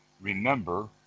remember